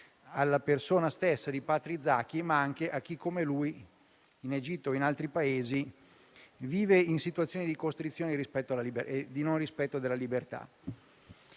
alla persona stessa di Patrick Zaki, ma anche a chi come lui, in Egitto o in altri Paesi, vive in situazioni di costrizione e di mancato rispetto della libertà.